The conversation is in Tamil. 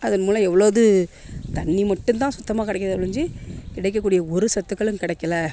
அதன் மூலம் எவ்வளோது தண்ணி மட்டும் தான் சுத்தமாக கிடைக்கிதே ஒழிஞ்சு கிடைக்கக்கூடிய ஒரு சத்துக்களும் கிடைக்கல